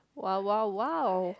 !wow! !wow! !wow!